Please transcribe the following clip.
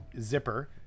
Zipper